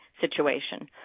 situation